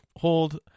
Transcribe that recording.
hold